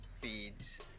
feeds